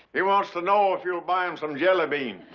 he wants to know if you'll buy him some jellybeans.